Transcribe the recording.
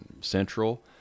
Central